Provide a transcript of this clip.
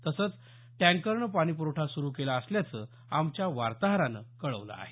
तसंच टँकरनं पाणी प्रवठा सुरू केला असल्याचं आमच्या वार्ताहरानं कळवलं आहे